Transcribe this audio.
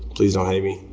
please don't hate me.